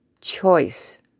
Choice